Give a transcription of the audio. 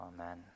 Amen